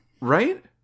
Right